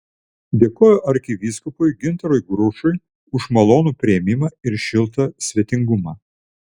dėkoju arkivyskupui gintarui grušui už malonų priėmimą ir šiltą svetingumą